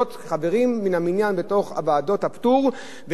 ואזרחים שהתקשו ומתקשים לשלם אגרות,